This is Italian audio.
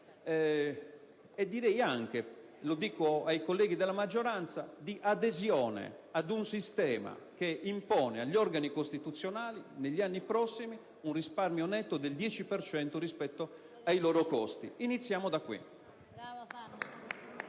e anche - mi rivolgo ai colleghi della maggioranza - di adesione ad un sistema che imporrà agli organi costituzionali, negli anni a venire, un risparmio netto del 10 per cento rispetto ai loro costi. Iniziamo da qui.